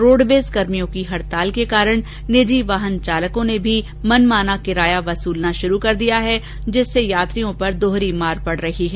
roadways कर्मियों की हड़ताल के कारण निजी वाहन चालकों ने भी मनमाना किराया वसूलना शुरू कर दिया है जिससे यात्रियों पर दोहरी मार पड़ रही है